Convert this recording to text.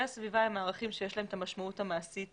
הסביבה הם ערכים שיש להם את המשמעות המעשית